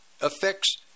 affects